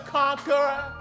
conqueror